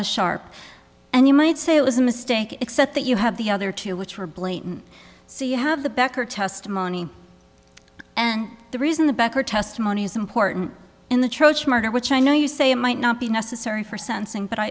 was sharp and you might say it was a mistake except that you have the other two which were blatant so you have the becker testimony and the reason the back her testimony is important in the church murder which i know you say it might not be necessary for sentencing but